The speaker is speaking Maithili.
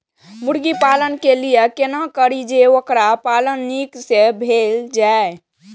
मुर्गी पालन के लिए केना करी जे वोकर पालन नीक से भेल जाय?